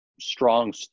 strong